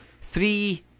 three